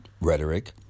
rhetoric